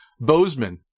Bozeman